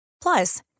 Plus